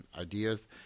ideas